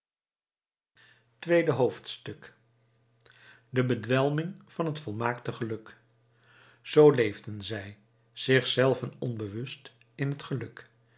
tweede hoofdstuk de bedwelming van het volmaakte geluk zoo leefden zij zich zelven onbewust in het geluk